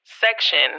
section